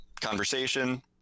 conversation